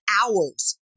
hours